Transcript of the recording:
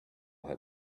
her